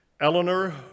Eleanor